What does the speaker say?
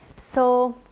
so,